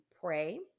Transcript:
pray